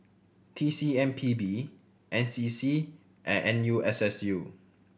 T C M P B N C C and N U S S U